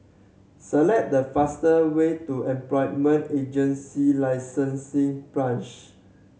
select the faster way to Employment Agency Licensing Branch